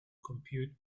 compute